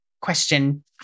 question